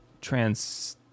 trans